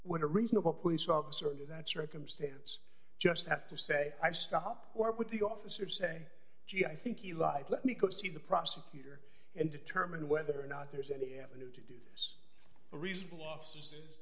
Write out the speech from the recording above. when a reasonable police officer that circumstance just have to say i stop with the officer to say gee i think you lied let me go see the prosecutor and determine whether or not there's any avenue to do this a reasonable officer